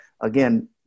again